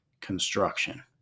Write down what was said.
construction